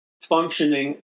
functioning